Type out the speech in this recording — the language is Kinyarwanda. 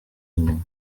inyuma